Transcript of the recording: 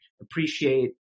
appreciate